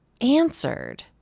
answered